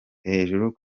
hejuru